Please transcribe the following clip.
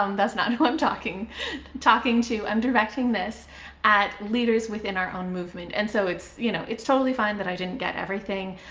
um that's not who i'm talking talking to. i'm directing this at leaders within our own movement. and so it's, you know, it's totally fine that i didn't get everything,